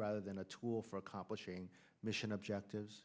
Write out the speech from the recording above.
rather than a tool for accomplishing mission objectives